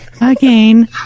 again